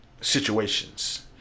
situations